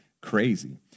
crazy